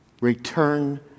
return